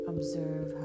Observe